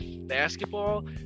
basketball